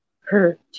hurt